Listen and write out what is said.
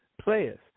players